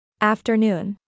Afternoon